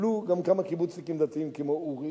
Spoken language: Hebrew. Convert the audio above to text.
קיבלו גם כמה קיבוצניקים דתיים כמו אורי